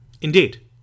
Indeed